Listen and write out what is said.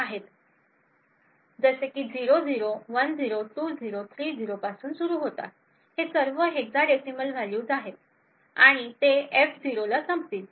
ते 00 10 20 30 पासून सुरू होतात हे सर्व हेक्साडेसिमल व्हॅल्यूज आहेत आणि ते एफ 0 ला संपतील